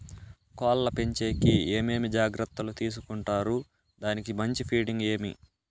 కోళ్ల పెంచేకి ఏమేమి జాగ్రత్తలు తీసుకొంటారు? దానికి మంచి ఫీడింగ్ ఏమి?